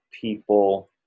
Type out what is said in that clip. people